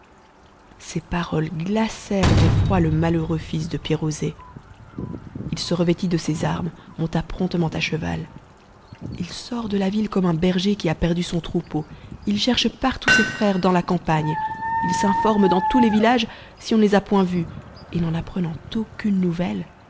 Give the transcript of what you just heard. ces paroles glacèrent d'effroi le malheureux fils de pirouzé h se revêtit t de ses armes monta promptement à cheval il sort de la ville comme un berger qui a perdu son troupeau il cherche partout ses frères dans la campagne it s'informe dans tous les villages si on ne les a point vus et n'en apprenant aucune nouvelle